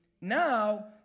Now